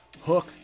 Hook